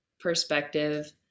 perspective